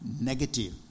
negative